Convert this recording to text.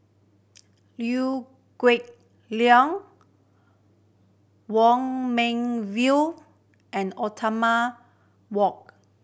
Liew Geok Leong Wong Meng Voon and Othman Wok